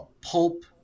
pulp